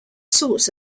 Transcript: sorts